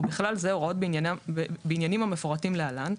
ובכלל זה הוראות בעניינים המפורטים להלן,